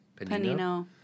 Panino